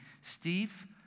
Steve